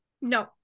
no